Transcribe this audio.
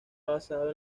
basado